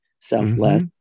selfless